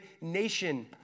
nation